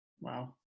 Wow